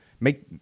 make